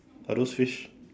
are those fish